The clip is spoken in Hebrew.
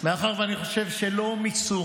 מאחר שאני חושב שלא מיצו